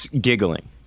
giggling